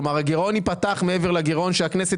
כלומר הגירעון ייפתח מעבר לגירעון שהכנסת